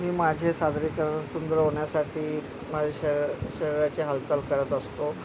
मी माझे सादरीकरण सुंदर होण्यासाठी माझ्या शरी शरीराचे हालचाल करत असतो